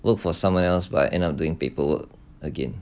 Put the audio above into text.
work for someone else but end up doing paperwork again